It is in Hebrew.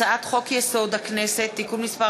הצעת חוק-יסוד: הכנסת (תיקון מס'